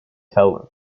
talent